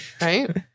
right